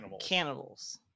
cannibals